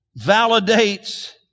validates